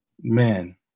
Man